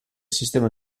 sistema